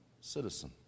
citizen